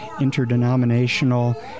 interdenominational